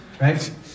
right